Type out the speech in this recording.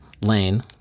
Lane